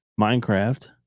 Minecraft